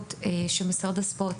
ההגבלות שמשרד הספורט